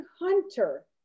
hunter